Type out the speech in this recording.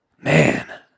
Man